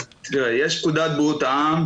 יש את פקודת בריאות העם,